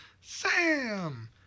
Sam